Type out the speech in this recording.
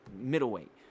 middleweight